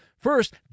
First